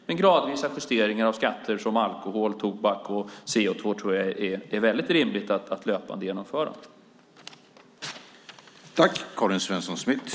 Men jag tror att det är rimligt att löpande genomföra gradviska justeringar av skatter på alkohol, tobak och CO2.